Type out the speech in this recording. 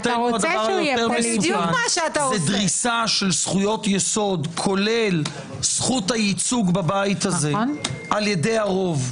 זה דריסה של זכויות יסוד כולל זכות הייצוג בבית הזה על ידי הרוב.